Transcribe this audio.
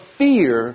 fear